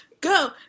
go